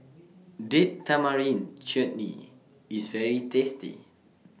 Date Tamarind Chutney IS very tasty